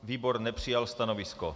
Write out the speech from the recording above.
Výbor nepřijal stanovisko.